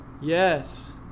yes